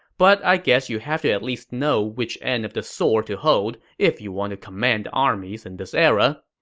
but i guess you have to at least know which end of the sword to hold if you want to command armies in this era.